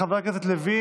חבר הכנסת לוין,